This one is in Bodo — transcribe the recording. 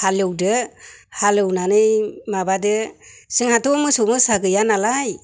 हालेवदो हालेवनानै माबादो जोंहाथ' मोसौ मोसा गैया नालाय